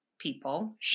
People